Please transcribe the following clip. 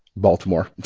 baltimore